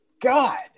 God